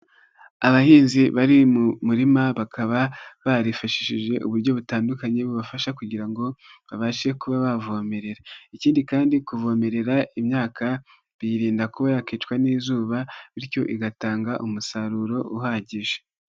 Abahinzi bari mu murima bakaba barifashishije uburyo butandukanye bubafasha kugira ngo babashe kuba bavomerera, ikindi kandi kuvomerera imyaka birinda kuba yakicwa n'izuba bityo igatanga umusaruro uhagije.